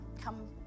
come